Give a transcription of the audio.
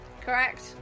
correct